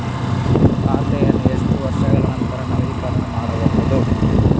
ಖಾತೆಯನ್ನು ಎಷ್ಟು ವರ್ಷಗಳ ನಂತರ ನವೀಕರಣ ಮಾಡಬೇಕು?